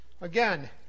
Again